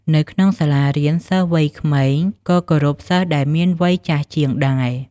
នៅក្នុងសាលារៀន សិស្សវ័យក្មេងក៏គោរពសិស្សដែលមានវ័យចាស់ជាងដែរ។